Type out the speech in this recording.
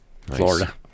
Florida